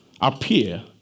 appear